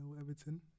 Everton